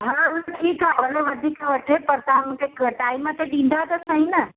हा ठीकु आहे भले वधीक वठे पर तव्हां मूंखे क टाइम ते ॾींदा त सही न